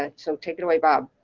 ah so take it away, bob.